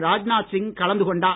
ராஜ்நாத் சிங் கலந்து கொண்டார்